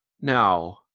Now